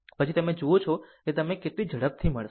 પછી તમે જુઓ છો કે તમને તે કેટલી ઝડપથી મળશે